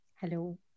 Hello